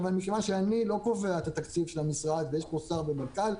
מכיוון שאני לא קובע את התקציב של המשרד ויש פה שר ומנכ"ל,